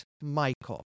Michael